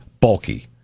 bulky